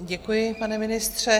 Děkuji, pane ministře.